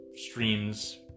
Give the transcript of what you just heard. streams